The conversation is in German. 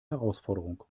herausforderung